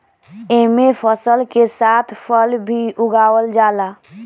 एमे फसल के साथ फल भी उगावल जाला